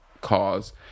cause